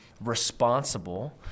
responsible